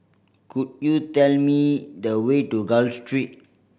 could you tell me the way to Gul Street